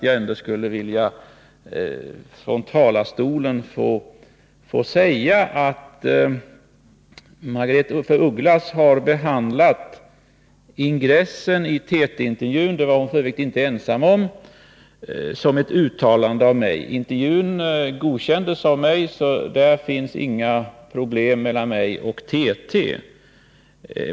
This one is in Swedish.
Jag vill säga att 8 Margaretha af Ugglas har behandlat ingressen i TT-intervjun — det är hon för Övrigt inte ensam om — som ett uttalande av mig. Intervjun godkändes av mig, så det finns inga problem mellan mig och TT.